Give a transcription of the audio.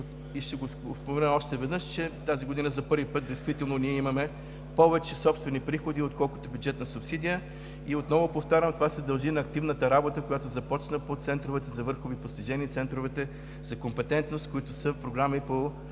и ще го спомена още веднъж, че тази година за първи път, действително ние имаме повече собствени приходи, отколкото бюджетна субсидия. Отново повтарям, това се дължи на активната работа, която започна по центровете за върхови постижения и центровете за компетентност, които са програми по